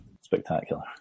spectacular